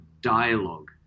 dialogue